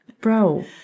bro